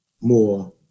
more